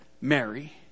Mary